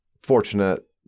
fortunate